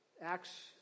Acts